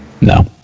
No